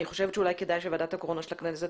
אולי כדאי שוועדת הקורונה של הכנסת